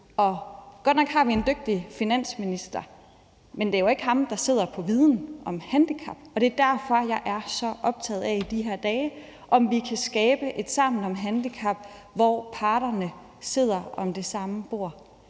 Og godt nok har vi en dygtig finansminister, men det er jo ikke ham, der sidder på viden om handicap, og det er derfor, jeg i de her dage er så optaget af, om vi kan skabe et Sammen om handicap, hvor parterne sidder om det samme bord.